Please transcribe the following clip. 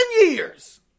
years